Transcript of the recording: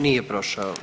Nije prošao.